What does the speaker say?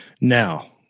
Now